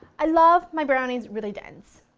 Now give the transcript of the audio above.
i love my brownies really dense.